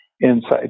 inside